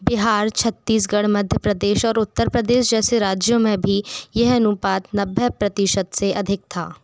बिहार छत्तीसगढ़ मध्य प्रदेश और उत्तर प्रदेश जैसे राज्यों में भी यह अनुपात नब्बे प्रतिशत से अधिक था